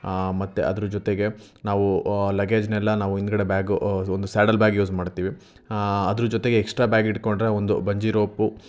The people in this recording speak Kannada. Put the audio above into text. ಮತ್ತು ಅದ್ರ ಜೊತೆಗೆ ನಾವು ಲಗೇಜ್ನೆಲ್ಲ ನಾವು ಹಿಂದುಗಡೆ ಬ್ಯಾಗ್ ಒಂದು ಸ್ಯಾಡಲ್ ಬ್ಯಾಗ್ ಯೂಸ್ ಮಾಡ್ತೀವಿ ಅದ್ರ ಜೊತೆಗೆ ಎಕ್ಸ್ಟ್ರಾ ಬ್ಯಾಗ್ ಹಿಡ್ಕೊಂಡರೆ ಒಂದು ಬಂಜಿ ರೋಪು